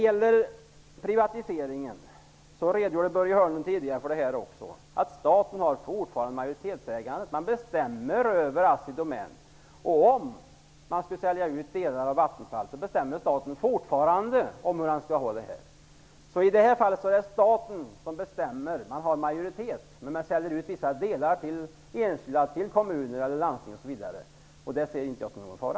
Börje Hörnlund redogjorde tidigare för privatiseringen. Staten är fortfarande majoritetsägare. Staten bestämmer över Assidomän. Även om delar av Vattenfall säljs ut, bestämmer staten fortfarande över Vattenfall. I det här fallet är det alltså staten som bestämmer. Staten har majoriteten och säljer ut vissa delar till enskilda, kommuner, landsting, osv. Det ser jag inte som någon fara.